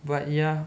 but ya